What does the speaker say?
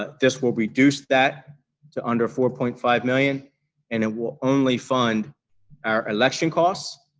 this will reduce that to under four point five million and it will only fund our election costs,